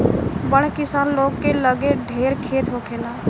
बड़ किसान लोग के लगे ढेर खेत होखेला